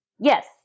Yes